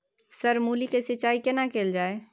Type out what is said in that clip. Sir मूली के सिंचाई केना कैल जाए?